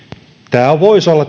tämä vakiintumismalli voisi olla